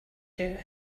you